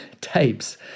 tapes